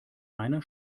einer